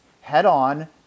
head-on